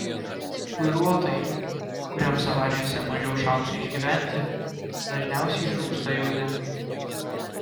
vairuotojai kuriems avarijose mažiau šansų išgyventi dažniausiai žūsta jauni